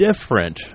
different